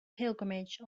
pilgrimage